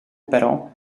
però